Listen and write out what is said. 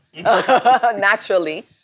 naturally